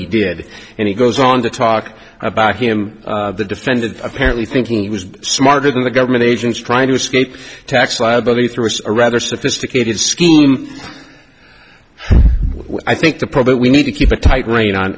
he did and he goes on to talk about him the defendant apparently thinking he was smarter than the government agents trying to escape tax liability through a rather sophisticated scheme i think the public we need to keep a tight rein on